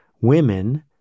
women